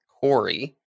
Corey